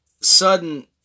sudden